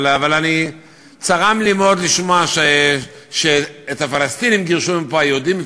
אבל צרם לי מאוד לשמוע שאת הפלסטינים גירשו מפה היהודים,